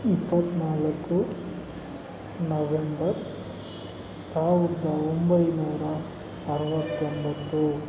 ಇಪ್ಪತ್ತ್ನಾಲ್ಕು ನವೆಂಬರ್ ಸಾವಿರದ ಒಂಬೈನೂರ ಅರವತ್ತೊಂಬತ್ತು